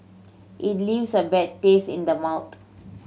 it leaves a bad taste in the mouth